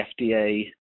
FDA